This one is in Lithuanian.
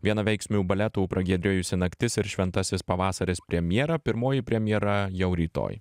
vienaveiksmių baletų pragiedrėjusi naktis ir šventasis pavasaris premjera pirmoji premjera jau rytoj